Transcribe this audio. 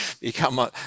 become